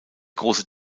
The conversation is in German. große